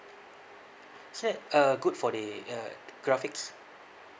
is it uh good for the uh graphics